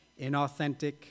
inauthentic